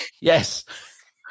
Yes